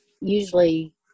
usually